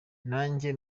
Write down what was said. nanjye